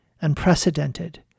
unprecedented